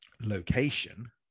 location